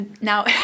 now